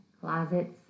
closets